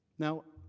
now,